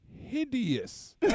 hideous